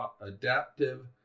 adaptive